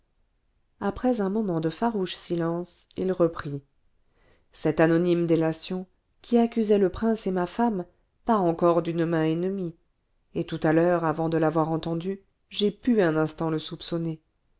après un moment de farouche silence il reprit cette anonyme délation qui accusait le prince et ma femme part encore d'une main ennemie et tout à l'heure avant de l'avoir entendue j'ai pu un instant le soupçonner